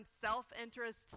self-interest